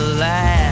last